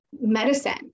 medicine